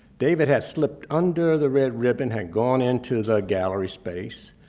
david had slipped under the red ribbon, had gone into the gallery space,